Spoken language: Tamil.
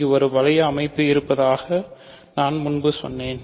இங்கு ஒரு வளைய அமைப்பு இருப்பதாக நான் முன்பு சொன்னேன்